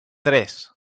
tres